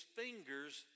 fingers